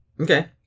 Okay